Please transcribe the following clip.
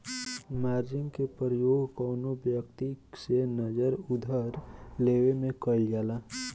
margin के प्रयोग कौनो व्यक्ति से नगद उधार लेवे में कईल जाला